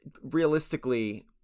realistically